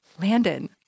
Landon